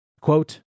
Quote